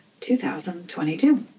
2022